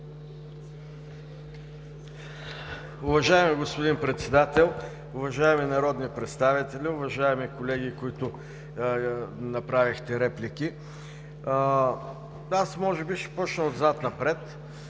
Уважаеми господин Председател, уважаеми народни представители, уважаеми колеги, които направихте реплики! Аз може би ще започна отзад напред.